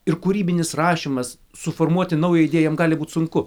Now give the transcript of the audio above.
ir kūrybinis rašymas suformuoti naują idėją jam gali būt sunku